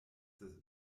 des